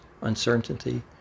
uncertainty